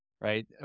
right